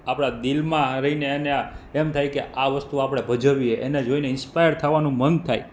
આપણા દિલમાં રહીને અહીંયા એમ થાય કે આ વસ્તુ આપણે ભજવીએ એને જોઈને ઇન્સ્પાયર થવાનું મન થાય